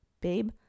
babe